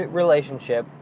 relationship